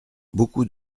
beaucoup